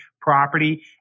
property